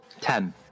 Ten